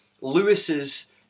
Lewis's